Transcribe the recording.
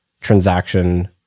transaction